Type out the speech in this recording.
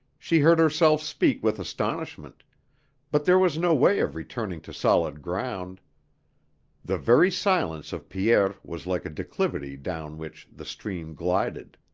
she heard herself speak with astonishment but there was no way of returning to solid ground the very silence of pierre was like a declivity down which the stream glided.